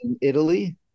Italy